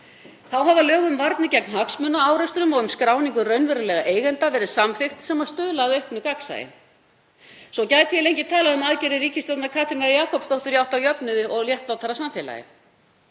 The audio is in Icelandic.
Þá hafa lög um varnir gegn hagsmunaárekstrum og um skráningu raunverulegra eigenda verið samþykkt sem stuðla að auknu gagnsæi. Svo gæti ég lengi talað um aðgerðir ríkisstjórnar Katrínar Jakobsdóttur í átt að jöfnuði og réttlátara samfélagi,